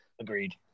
Agreed